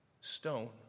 Stone